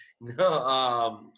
No